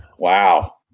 Wow